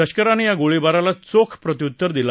लष्करानं या गोळीबाराला चोख प्रत्युत्तर दिलं